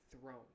throne